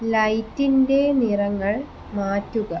ലൈറ്റിൻ്റെ നിറങ്ങൾ മാറ്റുക